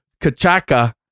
Kachaka